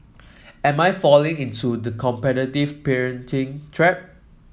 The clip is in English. am I falling into the competitive parenting trap